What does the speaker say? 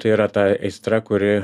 tai yra ta aistra kuri